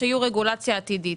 שיהיו רגולציה עתידית.